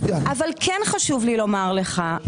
אבל כן חשוב לי לומר לך,